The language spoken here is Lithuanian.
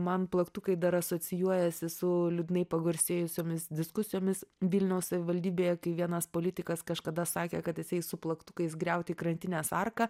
man plaktukai dar asocijuojasi su liūdnai pagarsėjusiomis diskusijomis vilniaus savivaldybėje kai vienas politikas kažkada sakė kad jis eis su plaktukais griauti krantinės arką